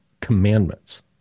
commandments